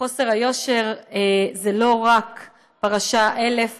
וחוסר היושר זה לא רק פרשה 1,000,